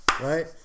Right